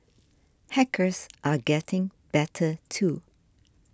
hackers are getting better too